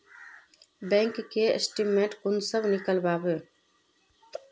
Bank के statement कुंसम नीकलावो?